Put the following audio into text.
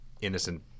innocent